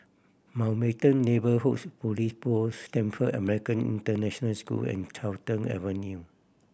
Mountbatten Neighbourhoods Police Post Stamford American International School and Carlton Avenue